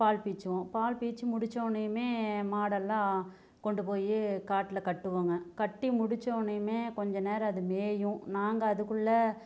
பால் பீய்ச்சுவோம் பால் பீய்ச்சு முடிச்சோடனையுமே மாடெல்லாம் கொண்டு போய் காட்டில் கட்டுவோங்க கட்டி முடிச்சோடனையுமே கொஞ்ச நேரம் அது மேயும் நாங்கள் அதுக்குள்ளே